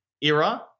era